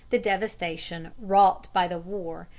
the devastation wrought by the war,